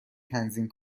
تنظیم